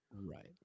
right